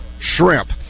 Shrimp